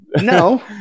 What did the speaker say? No